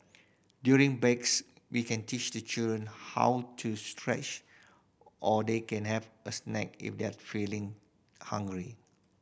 during breaks we can teach the children how to stretch or they can have a snack if they're feeling hungry